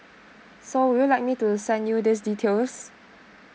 so would you like me to send you these details